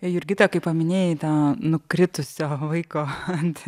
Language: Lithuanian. jurgita kai paminėjai tą nukritusio vaiko ant